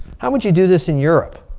how would you do this in europe?